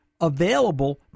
available